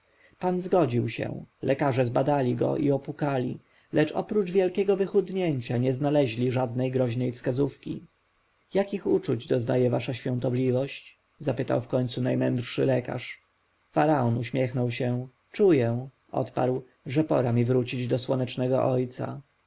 pan zgodził się lekarze zbadali go i opukali lecz oprócz wielkiego wychudnięcia nie znaleźli żadnej groźnej wskazówki jakich uczuć doznaje wasza świątobliwość zapytał wkońcu najmędrszy lekarz faraon uśmiechnął się czuję odparł że pora mi wrócić do słonecznego ojca